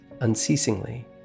unceasingly